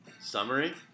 summary